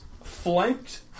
flanked